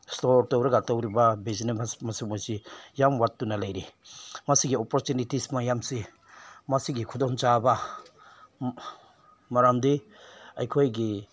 store ꯇꯧꯔꯒ ꯇꯧꯔꯤꯕ business ꯃꯁꯤꯒꯨꯝꯕꯁꯤ ꯌꯥꯝ ꯋꯥꯠꯂꯨꯅ ꯂꯩꯔꯤ ꯃꯁꯤꯒꯤ ꯑꯣꯄꯣꯔꯆꯨꯅꯤꯇꯤꯁ ꯃꯌꯥꯝꯁꯤ ꯃꯁꯤꯒꯤ ꯈꯨꯗꯣꯡ ꯆꯥꯕ ꯃꯔꯝꯗꯤ ꯑꯩꯈꯣꯏꯒꯤ